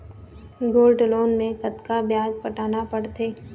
Gold loan मे कतका ब्याज पटाना पड़थे?